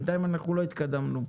בינתיים לא התקדמנו.